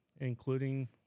including